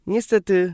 Niestety